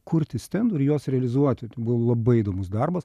kurti stendų ir juos realizuoti tai buvo labai įdomus darbas